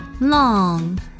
long